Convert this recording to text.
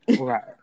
Right